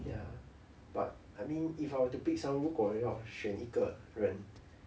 ya but I mean if I were to pick someone 如果要选一个人